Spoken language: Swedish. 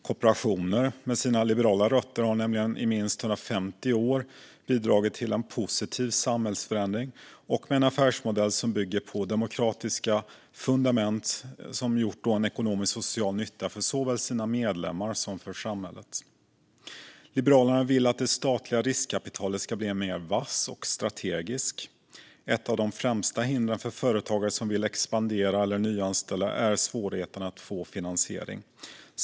Kooperationen, med sina liberala rötter, har nämligen i minst 150 år bidragit till en positiv samhällsförändring och har med en affärsmodell som bygger på demokratiska fundament gjort ekonomisk och social nytta för såväl sina medlemmar som samhället. Liberalerna vill att det statliga riskkapitalet ska bli mer vasst och strategiskt. Ett av de främsta hindren för företagare som vill expandera eller nyanställa är svårigheten att få finansiering.